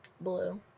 Blue